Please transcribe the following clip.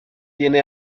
tiene